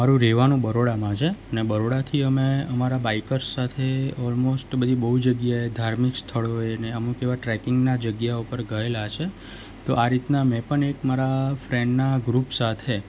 મારુ રહેવાનું બરોડામાં છે ને બરોડાથી અમે અમારા બાઈકર્સ સાથે ઓલમોસ્ટ બે બઉ જગ્યાએ ધાર્મિક સ્થળોએ અને અમુક એવા ટ્રેકિંગના જગ્યાઓ ઉપર ગયેલા છે તો આ રીતના મેં પણ એક મારા ફ્રેન્ડના ગ્રુપ સાથે